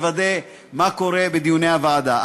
לוודא מה קורה בדיוני הוועדה.